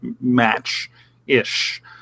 match-ish